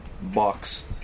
boxed